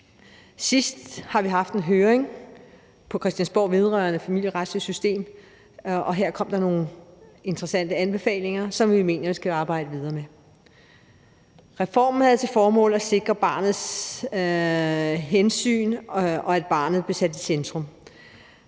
Senest har vi haft en høring på Christiansborg vedrørende det familieretlige system, og her kom der nogle interessante anbefalinger, som vi mener vi skal arbejde videre med. Reformen havde til formål at sikre hensynet til barnet, og at barnet blev sat i centrum.